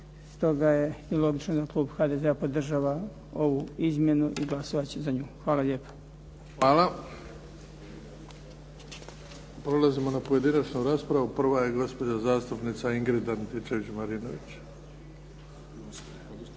Stoga je i logično da klub HDZ-a podržava ovu izmjenu i glasovat će za nju. Hvala lijepa. **Bebić, Luka (HDZ)** Hvala. Prelazimo na pojedinačnu raspravu, prva je gospođa zastupnica Ingrid Antičević-Marinović.